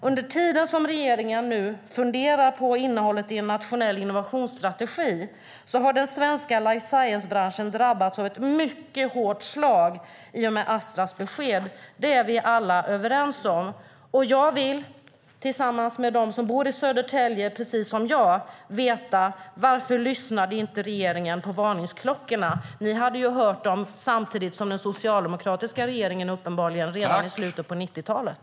Under tiden som regeringen nu funderar på innehållet i en nationell innovationsstrategi har den svenska life science-branschen i och med Astras besked drabbats av ett mycket hårt slag. Det är vi alla överens om. Jag vill därför, tillsammans med dem som precis som jag bor i Södertälje, veta varför inte regeringen lyssnade på varningsklockorna. Ni hade uppenbarligen hört dem samtidigt som den socialdemokratiska regeringen redan i slutet av 1990-talet.